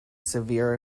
severe